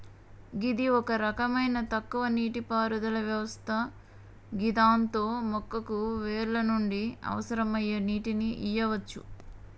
గిది ఒక రకమైన తక్కువ నీటిపారుదల వ్యవస్థ గిదాంతో మొక్కకు వేర్ల నుండి అవసరమయ్యే నీటిని ఇయ్యవచ్చు